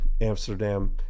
Amsterdam